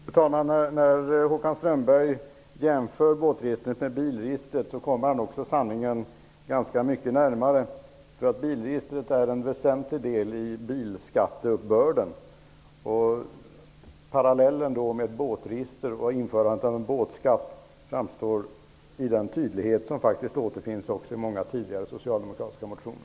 Fru talman! Håkan Strömberg kommer sanningen mycket nära när han jämför båtregistret med bilregistret. Bilregistret är en väsentlig del i bilskatteuppbörden. Parallellen mellan ett båtregister och införandet av en båtskatt framstår i den tydlighet som faktiskt återfinns i många tidigare socialdemokratiska motioner.